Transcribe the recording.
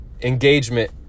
engagement